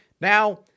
Now